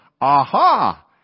aha